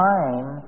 Time